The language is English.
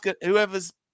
whoever's